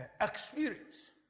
experience